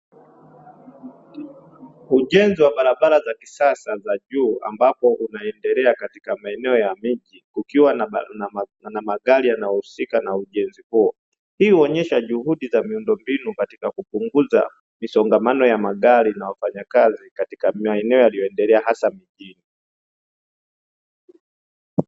Ujenzi wa barabara za kisasa za juu, ambapo unaendelea katika maeneo ya miji kukiwa na magari yanayohusika na ujenzi huo. Hii huonesha juhudi na miundombinu katika kupunguza misongamano ya magari na wafanyakazi katika maeneo yaliyoendelea.